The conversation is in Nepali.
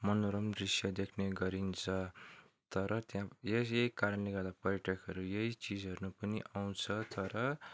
मनोरम दृश्य देख्ने गरिन्छ तर त्यहाँ यही यही कारणले गर्दा पर्यटकहरू यही चिज हेर्न पनि आउँछ तर